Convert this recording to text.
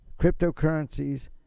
cryptocurrencies